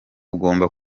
ugomba